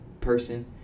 person